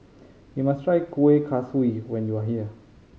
you must try Kueh Kaswi when you are here